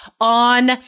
on